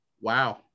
Wow